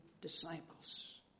disciples